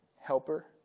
helper